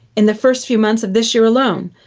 in the first few months of this year alone,